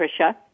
Tricia